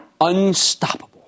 unstoppable